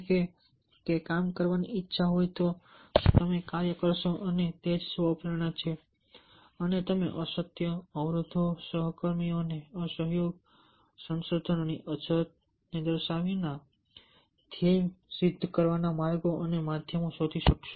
તો તેનો જવાબ એ છે કે જો કામ કરવાની ઈચ્છા હોય તો તમે કાર્ય કરશો અને તે જ સ્વ પ્રેરણા છે અને તમે અસત્ય અવરોધો સહકર્મીઓનો અસહયોગ સંસાધનોની અછત વગેરે ને દર્શાવ્યા વિના ધ્યેય સિદ્ધ કરવાના માર્ગો અને માધ્યમો શોધી શકશો